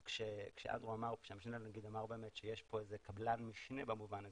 אז כשהמשנה לנגיד אמר שיש פה קבלן משנה במובן הזה,